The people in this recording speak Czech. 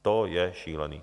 To je šílený.